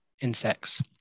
insects